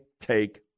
take